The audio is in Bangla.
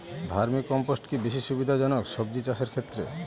ভার্মি কম্পোষ্ট কি বেশী সুবিধা জনক সবজি চাষের ক্ষেত্রে?